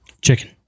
Chicken